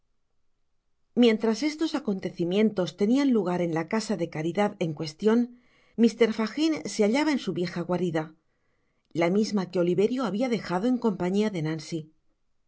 ientras estos acontecimientos tenian lugar en la casa de caridad en cuestion mr fagin se hallaba en su vieja guarida la misma que oliverio habia dejado en compañia de nancy